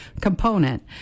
component